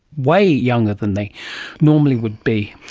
way younger than they normally would be,